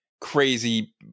crazy